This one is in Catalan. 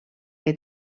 que